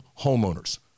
homeowners